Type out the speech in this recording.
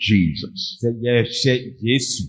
Jesus